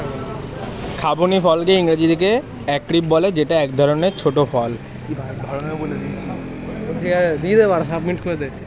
খুবানি ফলকে ইংরেজিতে এপ্রিকট বলে যেটা এক রকমের ছোট্ট ফল